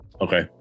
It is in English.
Okay